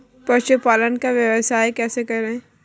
पशुपालन का व्यवसाय कैसे करें?